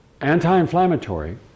anti-inflammatory